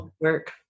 work